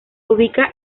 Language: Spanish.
ubica